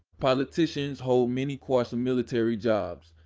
politicians hold many quasimilitary jobs,